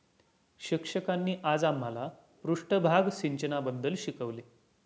शिक्षकांनी आज आम्हाला पृष्ठभाग सिंचनाबद्दल शिकवले